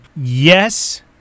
Yes